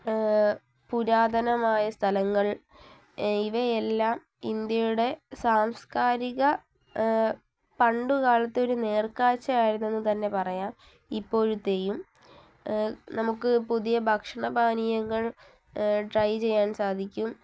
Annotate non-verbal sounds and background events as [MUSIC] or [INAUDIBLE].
പുരാതനമായ സ്ഥലങ്ങൾ ഇവയെല്ലാം ഇന്ത്യയുടെ സാംസ്കാരിക പണ്ടുകാലത്തൊരു നേർക്കാഴ്ച്ചയായിരുന്നെന്ന് തന്നെ പറയാം [UNINTELLIGIBLE] നമുക്ക് പുതിയ ഭക്ഷണ പാനീയങ്ങൾ ട്രൈ ചെയ്യാൻ സാധിക്കും